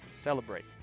celebrate